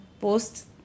post